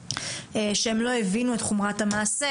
שהם לא הבינו את חומרת המעשה.